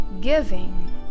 giving